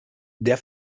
der